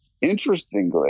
Interestingly